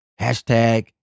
Hashtag